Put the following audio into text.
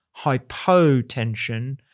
hypotension